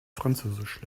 französisch